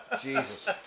jesus